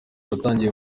watangiye